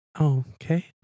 Okay